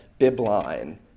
bibline